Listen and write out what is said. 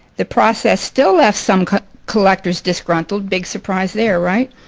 the process still left some collectors disgruntled. big surprise there, right?